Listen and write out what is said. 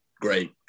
great